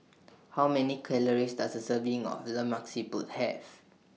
How Many Calories Does A Serving of Lemak Siput Have